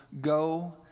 Go